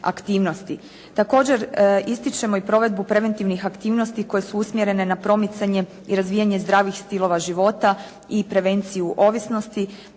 Također ističemo i provedbu preventivnih aktivnosti koje su usmjerene na promicanje i razvijanje zdravih stilova života i prevenciju ovisnosti,